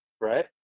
right